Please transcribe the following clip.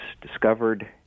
discovered